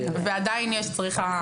ועדיין יש צריכה.